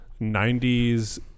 90s